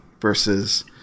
versus